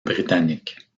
britanniques